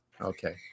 okay